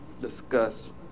discuss